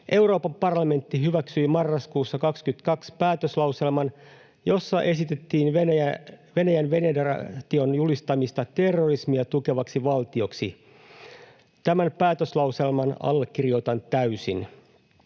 Euroopan parlamentti hyväksyi marraskuussa 22 päätöslauselman, jossa esitettiin Venäjän federaation julistamista terrorismia tukevaksi valtioksi. Tämän päätöslauselman allekirjoitan täysin.